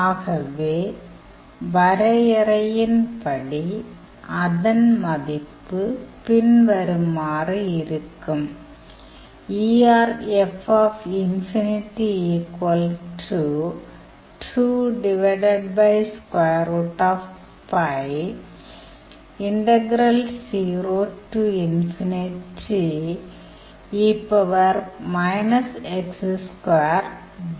ஆகவே வரையறையின்படி அதன் மதிப்பு பின்வருமாறு இருக்கும்